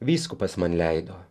vyskupas man leido